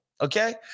Okay